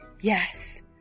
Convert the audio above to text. Yes